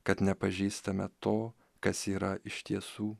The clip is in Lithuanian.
kad nepažįstame to kas yra iš tiesų